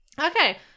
Okay